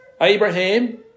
Abraham